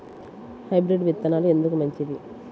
Hybrid విత్తనాలు ఎందుకు మంచిది?